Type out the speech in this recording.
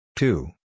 Two